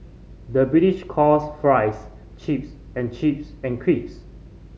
the British calls fries chips and chips and